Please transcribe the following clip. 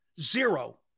zero